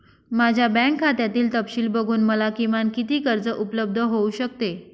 माझ्या बँक खात्यातील तपशील बघून मला किमान किती कर्ज उपलब्ध होऊ शकते?